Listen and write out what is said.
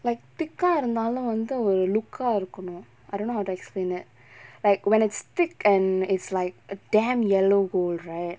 like thick ah இருந்தாலும் வந்து ஒரு:irunthaalum vanthu oru look ah இருக்கனும்:irukkanum I don't know how to explain that like when it's thick and it's like a damn yellow gold right